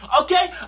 Okay